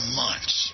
months